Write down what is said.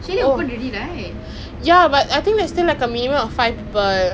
err everyone saying's twenty twenty is just the beginning twenty twenty one பார்ப்போம்: paarpom